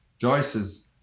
Joyce's